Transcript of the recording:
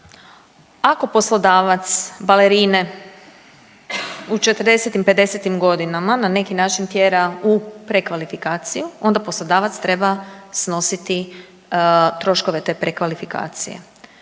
Ako poslodavac balerine u 40, 50 godinama na neki način tjera u prekvalifikaciju onda poslodavac treba snositi troškove te prekvalifikacije.